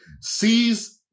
sees